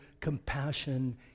compassion